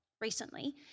recently